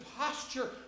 posture